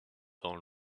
dans